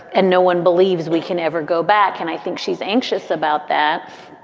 and no one believes we can ever go back. and i think she's anxious about that.